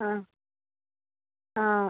ആ ആ